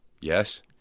Yes